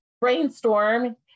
brainstorm